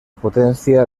potencia